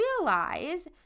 realize